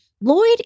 Lloyd